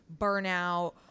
burnout